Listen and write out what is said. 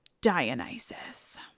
Dionysus